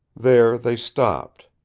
there they stopped,